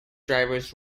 drivers